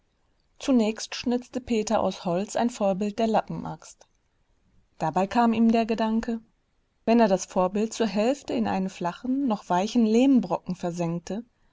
zunächst schnitzte peter aus holz ein vorbild der lappenaxt dabei kam ihm der gedanke wenn er das vorbild zur hälfte in einen flachen noch weichen lehmbrocken versenkte